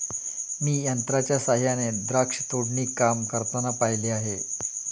मी यंत्रांच्या सहाय्याने द्राक्ष तोडणी काम करताना पाहिले आहे